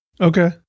Okay